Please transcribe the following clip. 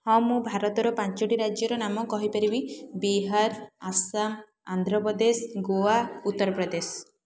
ହଁ ମୁଁ ଭାରତର ପାଞ୍ଚୋଟି ରାଜ୍ୟର ନାମ କହିପାରିବି ବିହାର ଆସାମ ଆନ୍ଧ୍ରପ୍ରଦେଶ ଗୋଆ ଉତ୍ତରପ୍ରଦେଶ